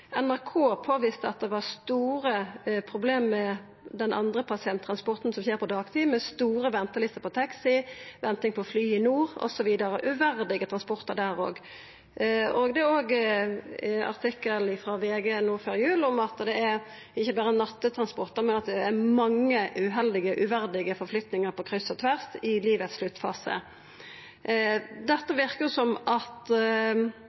NRK påviste at det var store problem med den andre pasienttransporten, som skjer på dagtid, med lange ventelister på taxi, venting på fly i nord osv. – uverdige transportar der òg. Det var òg ein artikkel i VG no før jul om at det ikkje berre gjeld nattransportar, men det er mange uheldige, uverdige flyttingar på kryss og tvers i sluttfasen av livet. Det verkar som at